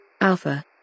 Alpha